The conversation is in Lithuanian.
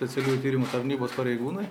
specialiųjų tyrimų tarnybos pareigūnai